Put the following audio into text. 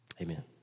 Amen